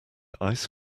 ice